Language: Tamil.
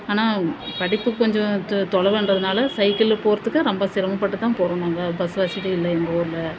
ஆனால் படிப்பு கொஞ்சம் தொ தொலைவுகிறதனால சைக்கிளில் போகிறதுக்கு ரொம்ப சிரமப்பட்டுதான் போகிறோம் நாங்கள் பஸ் வசதி இல்லை எங்கள் ஊரில்